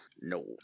no